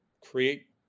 create